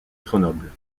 grenoble